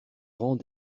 rangs